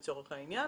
לצורך העניין,